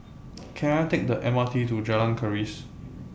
Can I Take The M R T to Jalan Keris